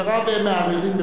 אבל כל עוד,